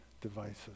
devices